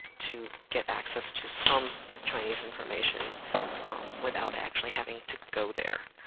to get access to some chinese information without actually having to go there.